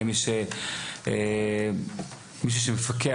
האם יש מישהו שמפקח?